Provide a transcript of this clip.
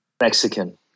Mexican